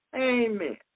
Amen